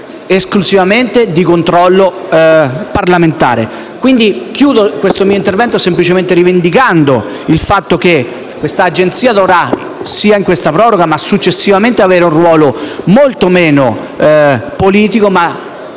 esclusivamente di controllo parlamentare. Concludo questo mio intervento semplicemente rivendicando il fatto che questa Autorità dovrà, sia durante questa proroga ma anche successivamente, avere un ruolo molto meno politico e